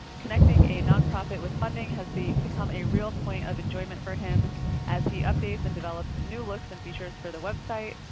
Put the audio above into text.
connecting a nonprofit with funding has become a real point of enjoyment for him as he updates and develops new looks and features for the website.